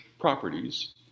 properties